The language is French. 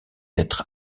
être